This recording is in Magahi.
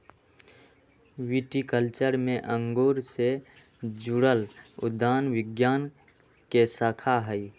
विटीकल्चर में अंगूर से जुड़ल उद्यान विज्ञान के शाखा हई